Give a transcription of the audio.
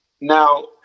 Now